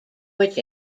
which